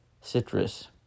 citrus